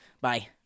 bye